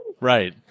Right